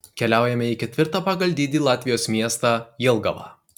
keliaujame į ketvirtą pagal dydį latvijos miestą jelgavą